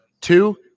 Two